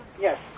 Yes